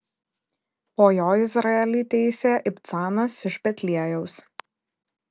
po jo izraelį teisė ibcanas iš betliejaus